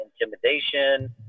intimidation